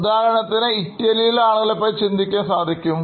ഉദാഹരണത്തിന് ഇറ്റലിയിലെ ആളുകളെ പറ്റി ചിന്തിക്കുവാൻ സാധിക്കും